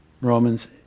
Romans